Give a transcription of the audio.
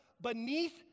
beneath